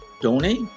donate